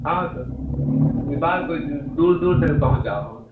हँ तऽ ई बात दूर दूर तक पहुँचाउ